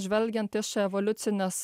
žvelgiant iš evoliucinės